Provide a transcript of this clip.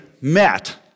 met